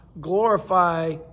glorify